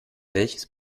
welches